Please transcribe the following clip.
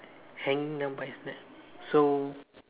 hanging them by his neck so